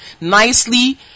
nicely